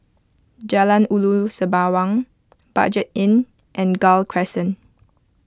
Jalan Ulu Sembawang Budget Inn and Gul Crescent